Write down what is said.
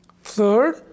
third